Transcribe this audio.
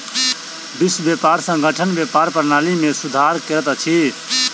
विश्व व्यापार संगठन व्यापार प्रणाली में सुधार करैत अछि